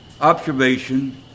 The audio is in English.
observation